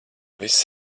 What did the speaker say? viss